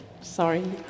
Sorry